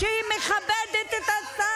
שבע שנים, על מה אתם מתפלאים שהיא מכבדת את השר?